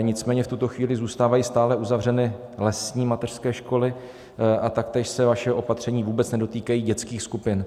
Nicméně v tuto chvíli zůstávají stále uzavřeny lesní mateřské školy a taktéž se vaše opatření vůbec nedotýkají dětských skupin.